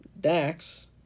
Dax